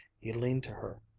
he leaned to her.